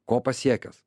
ko pasiekęs